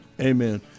Amen